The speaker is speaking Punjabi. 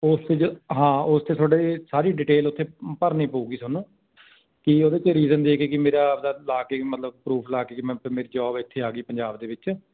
ਹਾਂ ਉਸ ਤੇ ਤੁਹਾਡੇ ਸਾਰੀ ਡਿਟੇਲ ਉੱਥੇ ਭਰਨੀ ਪਊਗੀ ਤੁਹਾਨੂੰ ਕਿ ਉਹਦੇ 'ਚ ਰੀਜ਼ਨ ਦੇ ਕੇ ਕੀ ਮੇਰਾ ਆਪਣਾ ਲਾ ਕੇ ਮਤਲਬ ਪਰੂਫ ਲਾ ਕੇ ਕਿ ਮ ਮੇਰੀ ਜੋਬ ਇੱਥੇ ਆ ਗਈ ਪੰਜਾਬ ਦੇ ਵਿੱਚ